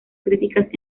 críticas